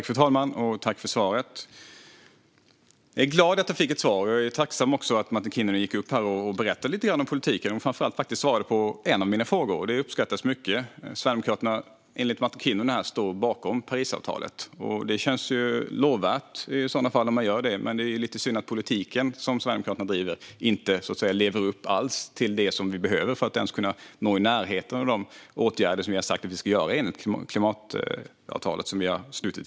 Fru talman! Tack för svaret, Martin Kinnunen! Jag är glad att jag fick ett svar, och jag är tacksam att Martin Kinnunen berättade lite om politiken och faktiskt svarade på en av mina frågor. Det uppskattas mycket. Sverigedemokraterna står, enligt Martin Kinnunen här, bakom Parisavtalet. Det känns i så fall lovvärt, men det är lite synd att politiken som Sverigedemokraterna driver inte alls lever upp till det som vi behöver för att ens komma i närheten av de åtgärder som vi har sagt att vi ska göra enligt klimatavtalet som vi slöt i Paris.